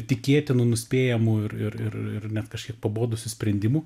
tikėtinų nuspėjamų ir ir ir ir net kažkiek pabodusių sprendimų